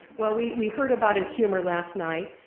well, we we heard about his humor last night,